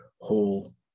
Hall